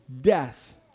death